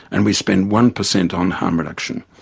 and we spend one per cent on harm reduction.